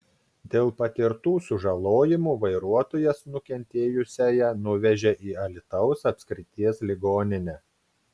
dėl patirtų sužalojimų vairuotojas nukentėjusiąją nuvežė į alytaus apskrities ligoninę